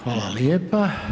Hvala lijepa.